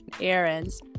errands